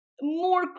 more